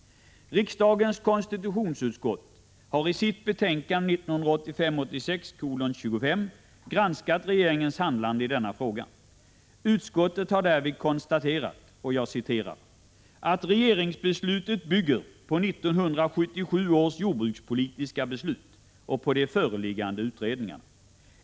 Riksdagens konstitutionsutskott har i sitt betänkande 1985/86:25 granskat regeringens handlande i denna fråga. Utskottet har därvid konstaterat att ”regeringsbeslutet bygger på 1977 års jordbrukspolitiska beslut och på de föreliggande utredningarna.